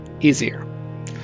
easier